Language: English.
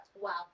Wow